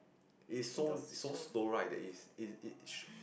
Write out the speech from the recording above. its so so slow right that it it it should